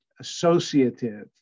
associative